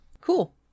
Cool